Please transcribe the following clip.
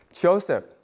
Joseph